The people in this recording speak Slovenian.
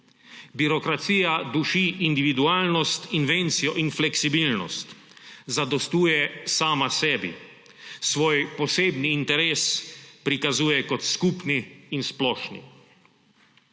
Birokracija duši individualnost, invencijo in fleksibilnost. Zadostuje sama sebi. Svoj posebni interes prikazuje kot skupni in splošni.